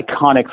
iconic